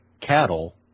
cattle